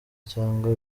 cyangwa